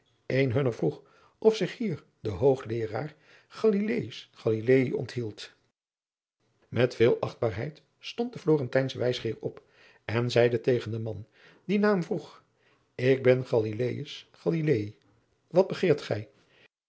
een hunner vroeg of zich hier de hoogleeraar galilaeus galilaei onthield met veel achtbaarheid stond de florentijnsche wijsgeer op en zeide tegen den man die na hem vroeg ik ben galilaeus galilaei wat begeert gij